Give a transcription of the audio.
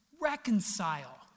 reconcile